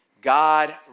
God